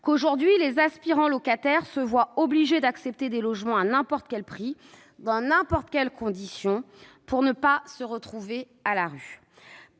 qu'aujourd'hui les aspirants locataires se voient obligés d'accepter des logements à n'importe quel prix et dans n'importe quelle condition pour ne pas se retrouver à la rue.